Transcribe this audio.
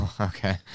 okay